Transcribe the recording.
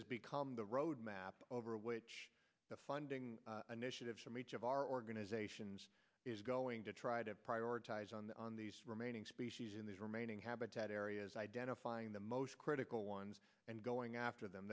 has become the road map over which the funding initiatives from each of our organizations is going to try to prioritize on the remaining species in these remaining habitat areas identifying the most critical ones and going after them